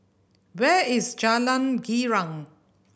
where is Jalan Girang